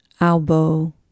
elbow